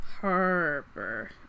Harper